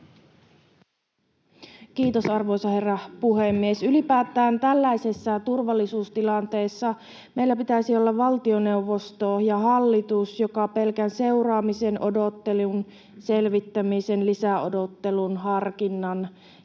Kiitos, arvoisa herra puhemies! Ylipäätään tällaisissa turvallisuustilanteissa meillä pitäisi olla valtioneuvosto ja hallitus, joka pelkän seuraamisen, odottelun, selvittämisen, lisäodottelun, harkinnan ja